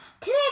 Today